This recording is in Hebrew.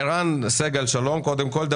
ערן סגל, שלום, קודם כול.